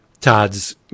Todd's